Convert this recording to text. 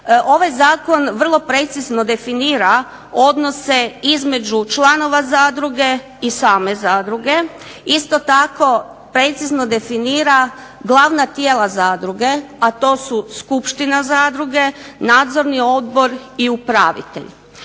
Ovaj zakon vrlo precizno definira odnose između članova zadruge i same zadruge. Isto tako precizno definira glavna tijela zadruge, a to su Skupština zadruge, Nadzorni odbor i upravitelj.